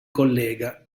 collega